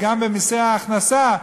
גם במסי ההכנסה,